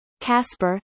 Casper